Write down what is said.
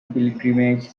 pilgrimage